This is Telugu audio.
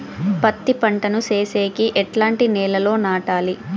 పత్తి పంట ను సేసేకి ఎట్లాంటి నేలలో నాటాలి?